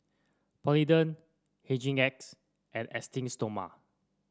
Polident Hygin X and Esteem Stoma